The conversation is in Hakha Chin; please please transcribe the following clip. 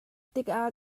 tikah